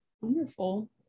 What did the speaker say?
wonderful